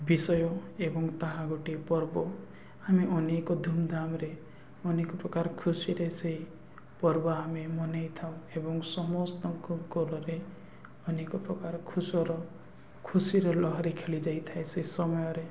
ବିଷୟ ଏବଂ ତାହା ଗୋଟିଏ ପର୍ବ ଆମେ ଅନେକ ଧୁମଧାମରେ ଅନେକ ପ୍ରକାର ଖୁସିରେ ସେଇ ପର୍ବ ଆମେ ମନେଇଥାଉ ଏବଂ ସମସ୍ତଙ୍କ ଘରରେ ଅନେକ ପ୍ରକାର ଖୁସିର ଖୁସିରେ ଲହରି ଖେଳି ଯାଇଥାଏ ସେ ସମୟରେ